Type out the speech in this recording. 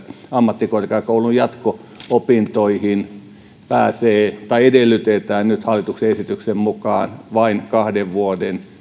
ammattikorkeakoulun jatko opintoihin edellytetään nyt hallituksen esityksen mukaan vain kahden vuoden